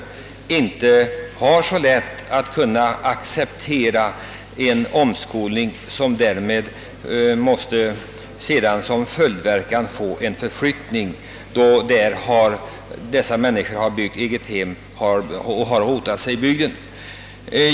Denna arbetskraft har inte så lätt att acceptera en omskolning, vilken som följdverkan i allmänhet får en förflyttning; dessa människor har ofta egnahem och har rotat sig i bygden.